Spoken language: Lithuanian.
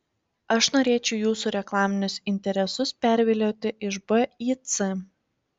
aš norėčiau jūsų reklaminius interesus pervilioti iš b į c